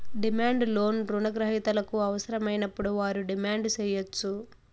demand loan రుణ గ్రహీతలకు అవసరమైనప్పుడు వారు డిమాండ్ సేయచ్చు